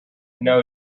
know